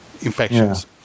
infections